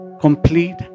complete